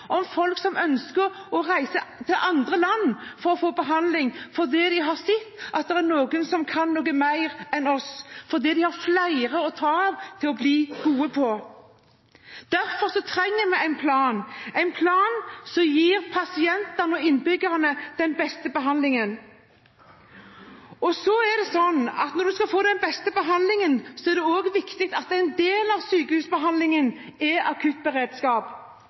om folk som ønsker å reise til andre land for å få behandling, fordi de har sett at det er noen som kan noe mer enn oss, fordi de har flere å ta av til å bli gode på. Derfor trenger vi en plan, en plan som gir pasientene og innbyggerne den beste behandlingen. Når man skal få den beste behandlingen, er det òg viktig at en del av sykehusbehandlingen er akuttberedskap.